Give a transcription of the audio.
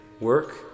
work